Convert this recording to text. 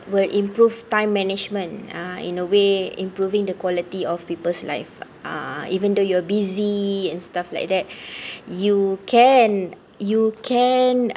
will improve time management uh in a way improving the quality of peoples life uh even though you're busy and stuff like that you can you can